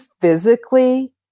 physically